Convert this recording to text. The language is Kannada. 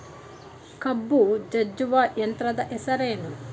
ಕಬ್ಬು ಜಜ್ಜುವ ಯಂತ್ರದ ಹೆಸರೇನು?